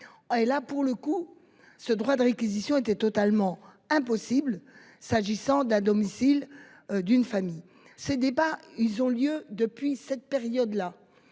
Et là pour le coup, ce droit de réquisition était totalement impossible s'agissant d'un domicile. D'une famille. Ces débats. Ils ont lieu depuis cette période là.